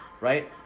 right